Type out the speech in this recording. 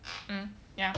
mm ya